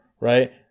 right